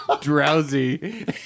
Drowsy